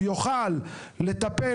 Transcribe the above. הוא יוכל לטפל,